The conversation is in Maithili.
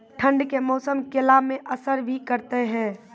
ठंड के मौसम केला मैं असर भी करते हैं?